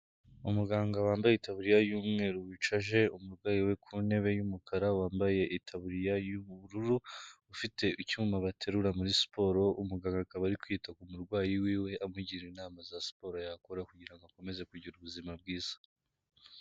Umuganga wambaye itaburiya y'umweru wicaje umurwayi we ku ntebe y'umukara wambaye itaburiya y'ubururu ufite icyuma baterura muri siporo, umganga akaba ari kwita ku murwayi wiwe amugira inama za siporo yakora kugira ngo akomeze kugira ubuzima bwiza.